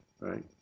right